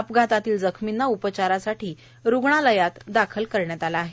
अपघातातील जखर्मींना उपचारांसाठी रुग्णालयात दाखल करण्यात आलं आहे